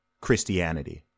Christianity